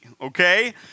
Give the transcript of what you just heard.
okay